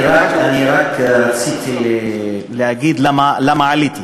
אני רק רציתי להגיד למה עליתי.